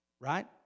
Right